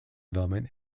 development